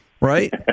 Right